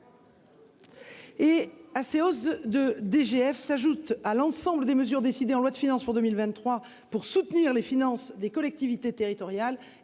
! Ces hausses de DGF s'ajoutent à l'ensemble des mesures décidées en loi de finances pour 2023 pour soutenir les finances des collectivités territoriales.